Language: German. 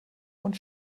und